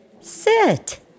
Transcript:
Sit